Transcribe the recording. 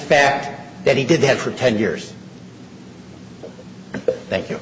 fact that he did that for ten years thank you